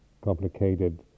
complicated